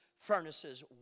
furnaces